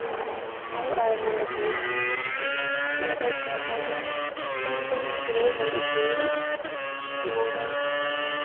ᱟᱨᱚ ᱟᱭᱢᱟ ᱞᱮᱠᱟᱱᱟᱜ ᱡᱮᱞᱮᱠᱟ ᱥᱚᱦᱨᱟᱭ ᱫᱚ ᱯᱩᱱ ᱫᱤᱱ ᱫᱷᱩᱨᱭᱟᱹ ᱦᱩᱭᱩᱜ ᱛᱟᱦᱮᱸᱱᱟ ᱚᱱᱟ ᱫᱚ